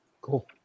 cool